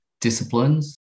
disciplines